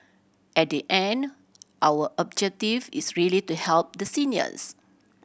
at the end our objective is really to help the seniors